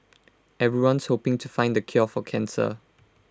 everyone's hoping to find the cure for cancer